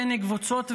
בין קבוצות.